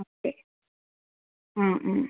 ഒക്കെ ആ ആ